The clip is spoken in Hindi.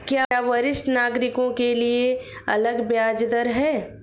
क्या वरिष्ठ नागरिकों के लिए अलग ब्याज दर है?